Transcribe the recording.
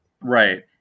Right